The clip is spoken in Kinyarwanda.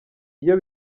iyo